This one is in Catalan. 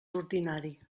ordinari